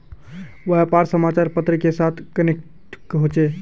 व्यापार समाचार पत्र के साथ कनेक्ट होचे?